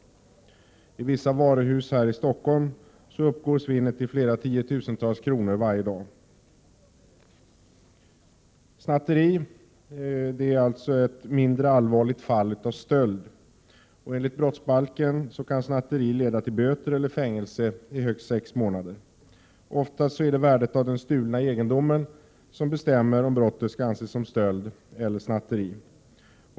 I vissa varuhus här i Stockholm uppgår svinnet till flera tiotusentals kronor varje dag. Snatteri är alltså ett mindre allvarligt fall av stöld. Enligt brottsbalken kan snatteri leda till böter eller fängelse i högst sex månader. Oftast är det värdet av den stulna egendomen som bestämmer om brottet skall anses som stöld eller snatteri.